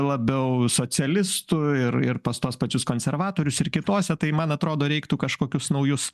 labiau socialistų ir ir pas tuos pačius konservatorius ir kitose tai man atrodo reiktų kažkokius naujus